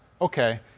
okay